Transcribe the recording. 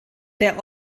der